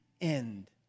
end